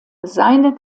seine